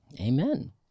Amen